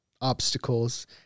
obstacles